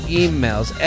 emails